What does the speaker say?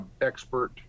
expert